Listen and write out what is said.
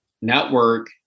network